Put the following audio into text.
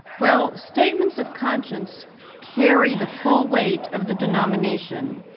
well, statements of conscience carry the full weight of the denomination,